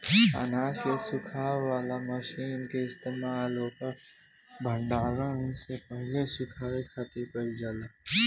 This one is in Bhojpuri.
अनाज के सुखावे वाला मशीन के इस्तेमाल ओकर भण्डारण से पहिले सुखावे खातिर कईल जाला